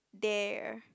dare